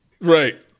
Right